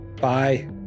Bye